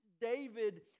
David